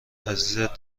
عزیزت